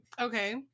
Okay